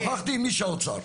שוחחתי עם איש האוצר.